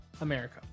America